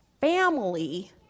family